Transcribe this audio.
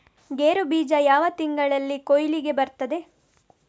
ಗೇರು ಬೀಜ ಯಾವ ತಿಂಗಳಲ್ಲಿ ಕೊಯ್ಲಿಗೆ ಬರ್ತದೆ?